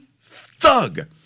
thug